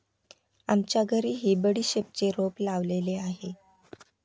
आमच्या घरीही बडीशेपचे रोप लावलेले आहे